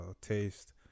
taste